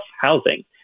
housing